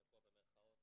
במירכאות,